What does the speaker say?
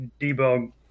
debug